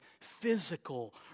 physical